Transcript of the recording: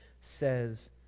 says